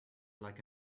like